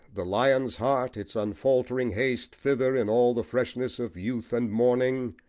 the lion's heart, its unfaltering haste thither in all the freshness of youth and morning